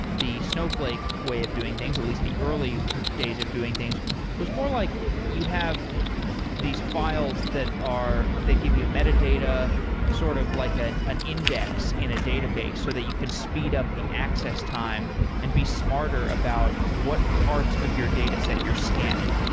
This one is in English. the snowflake way of doing things, at least the early days of doing things was more like you have these files that give you metadata sort of like ah an an index in a database so that you can speed up the access time and be smarter about what parts of your dataset you're scanning.